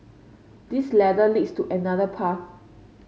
this ladder leads to another path